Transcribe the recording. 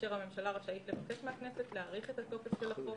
כאשר הממשלה רשאית לבקש מהכנסת להאריך את התוקף של החוק